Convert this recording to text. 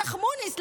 שייח' מוניס,